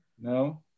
No